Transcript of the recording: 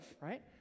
right